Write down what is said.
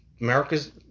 America's